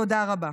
תודה רבה.